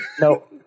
No